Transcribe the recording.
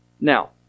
Now